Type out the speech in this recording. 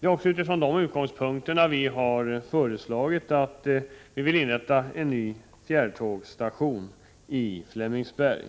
Det är också utifrån dessa utgångspunkter vi har föreslagit att man skall inrätta en ny fjärrtågsstation i Flemingsberg.